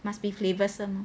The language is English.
must be flavoursome